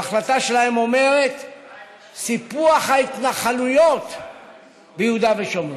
ההחלטה שלהם היא על סיפוח ההתנחלויות ביהודה ושומרון,